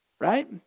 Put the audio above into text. right